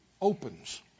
opens